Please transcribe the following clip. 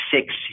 six